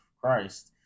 Christ